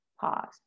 pause